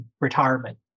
retirement